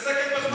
מתעסקת בטוויטר.